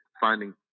finding